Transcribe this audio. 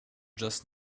just